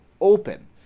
open